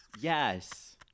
Yes